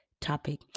topic